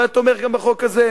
הוא היה תומך גם בחוק הזה,